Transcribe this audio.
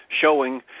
showing